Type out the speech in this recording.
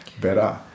better